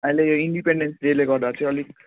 अहिले इन्डेपेन्डेन्स डेले गर्दा चाहिँ अलिक